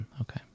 Okay